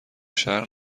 شهر